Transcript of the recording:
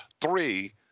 three